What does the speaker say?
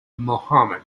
muhammad